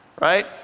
right